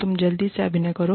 तुम जल्दी से अभिनय करो